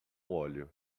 óleo